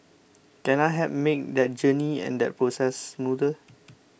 can I help make that journey and that process smoother